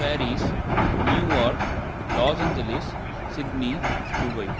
Paris New York Los Angeles Sydney Dubai